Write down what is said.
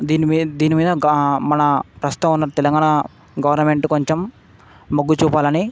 దీనిమీ దీనిమీద మన ప్రస్తుతం ఉన్న తెలంగాణా గవర్నమెంట్ కొంచెం మొగ్గు చూపాలని